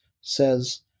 says